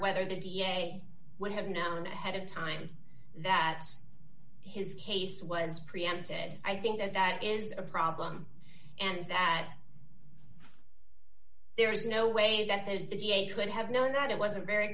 whether the da would have known ahead of time that his case was preempted i think that that is a problem and that there is no way that the d h would have known that it was a very